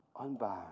unbound